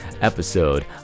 episode